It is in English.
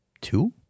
two